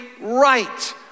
right